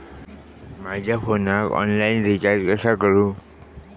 माझ्या फोनाक online recharge कसा करू?